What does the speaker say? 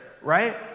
right